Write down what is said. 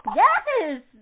yes